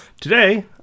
Today